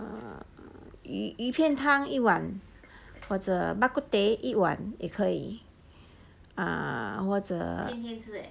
err 鱼鱼片汤一碗或者 bak kut teh 一碗也可以 ah 或者